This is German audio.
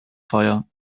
feuer